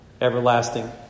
everlasting